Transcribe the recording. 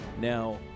Now